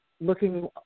looking